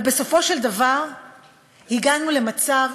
אבל בסופו של דבר הגענו למצב